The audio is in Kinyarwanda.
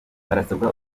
harasabwa